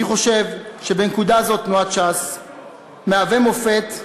אני חושב שבנקודה זו תנועת ש"ס מהווה מופת,